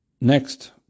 Next